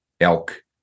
elk